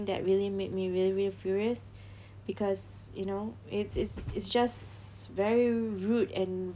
that really made me very very furious because you know it is it's just very rude and